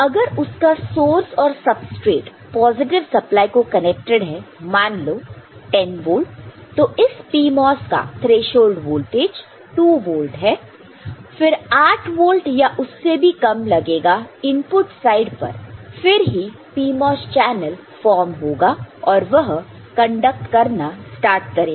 अगर उसका सोर्स और सबस्ट्रेट पॉजिटिव सप्लाई को कनेक्टेड है मान लो 10 वोल्ट तो इस PMOS का थ्रेशोल्ड वोल्टेज 2 वोल्ट है फिर 8 वोल्ट या उससे भी कम लगेगा इनपुट साइड पर फिर ही PMOS चैनल फॉर्म होगा और वह कंडक्ट करना स्टार्ट करेगा